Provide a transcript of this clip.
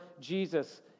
Jesus